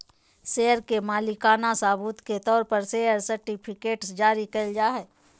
share के मालिकाना सबूत के तौर पर शेयर सर्टिफिकेट्स जारी कइल जाय हइ